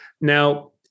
Now